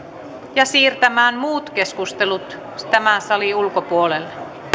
ja siirtämään muut keskustelut tämän salin ulkopuolelle